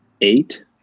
eight